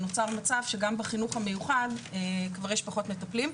נוצר מצב שגם בחינוך המיוחד כבר יש פחות מטפלים,